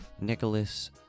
Nicholas